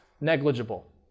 negligible